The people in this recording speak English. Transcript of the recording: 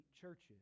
churches